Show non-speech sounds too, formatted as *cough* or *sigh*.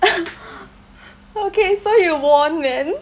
*laughs* okay so you won man